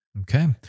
Okay